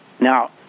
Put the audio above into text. Now